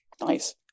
Nice